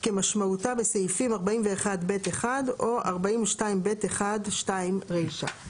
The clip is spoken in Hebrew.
ובכלל זה" ואחרי "באיחוד האירופי" יבוא "ובלבד שאין בשינוי